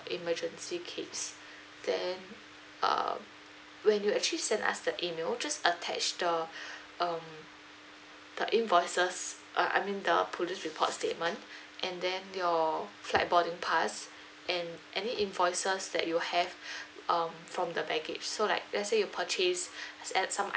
emergency case then uh when you actually send us the email just attach the um the invoices uh I mean the police report statement and then your flight boarding pass and any invoices that you have um from the baggage so like let's say you purchase add some